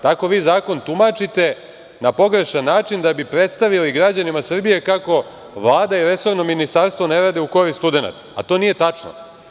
Tako vi zakon tumačite na pogrešan način da bi predstavili građanima Srbije kako Vlada i resorno Ministarstvo ne rade u korist studenata, a to nije tačno.